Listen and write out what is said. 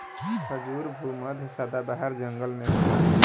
खजूर भू मध्य सदाबाहर जंगल में होला